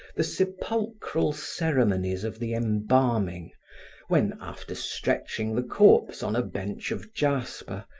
the sepulchral ceremonies of the embalming when, after stretching the corpse on a bench of jasper,